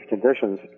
conditions